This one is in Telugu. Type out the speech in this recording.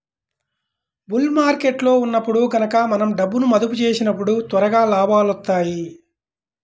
బుల్ మార్కెట్టులో ఉన్నప్పుడు గనక మనం డబ్బును మదుపు చేసినప్పుడు త్వరగా లాభాలొత్తాయి